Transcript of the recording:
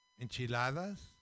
Enchiladas